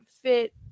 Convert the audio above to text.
fit